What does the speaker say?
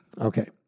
Okay